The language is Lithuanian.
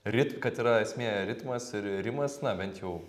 rit kad yra esmė ritmas ir rimas na bent jau